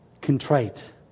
contrite